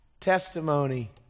testimony